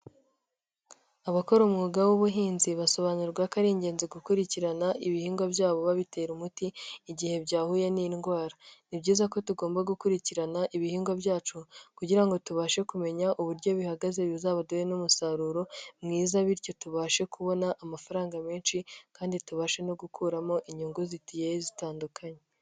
Abakora umwuga w'ubuhinzi basobanurirwa ko ari ingenzi gukurikirana ibihingwa byabo babitera umuti igihe byahuye n'indwara, ni byiza ko tugomba gukurikirana ibihingwa byacu kugira ngo tubashe kumenya uburyo bihagaze bizaduhe n'umusaruro mwiza bityo tubashe kubona amafaranga menshi kandi tubashe no gukuramo inyungu zigiye zitandukanye.